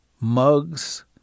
mugs